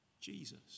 Jesus